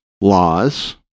laws